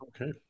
Okay